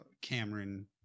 Cameron